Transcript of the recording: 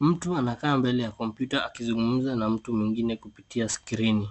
Mtu anakaa mbele ya kompyuta akizungumza na mtu mwingine kupitia skrini.